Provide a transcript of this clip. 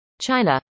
China